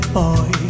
boy